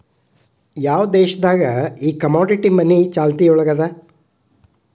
ಯಾವ್ ದೇಶ್ ದಾಗ್ ಈ ಕಮೊಡಿಟಿ ಮನಿ ಚಾಲ್ತಿಯೊಳಗದ?